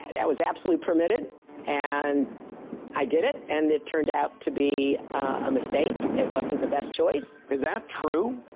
that was absolutely permitted and i did it, and it turned out to be a mistake. it wasn't the best choice is that true?